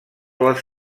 les